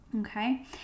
okay